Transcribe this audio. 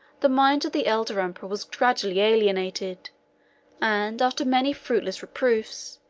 the mind of the elder emperor was gradually alienated and, after many fruitless reproofs,